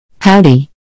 Howdy